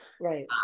Right